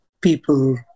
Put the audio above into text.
people